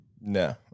no